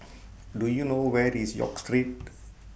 Do YOU know Where IS York Street